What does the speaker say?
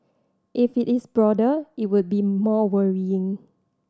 if it is broader it would be more worrying